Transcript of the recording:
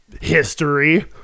History